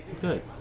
Good